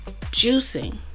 juicing